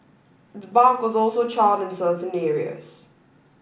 its bark was also charred in certain areas